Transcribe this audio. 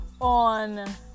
On